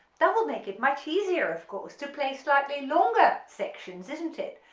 that will make it much easier of course to play slightly longer sections isn't it,